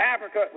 Africa